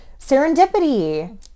Serendipity